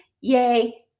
yay